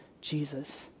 Jesus